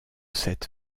cette